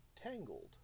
Tangled